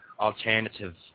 alternative